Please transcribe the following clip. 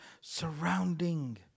surrounding